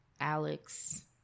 Alex